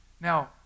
Now